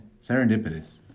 Serendipitous